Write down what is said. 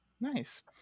nice